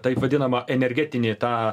taip vadinamą energetinį tą